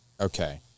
Okay